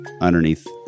underneath